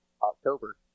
October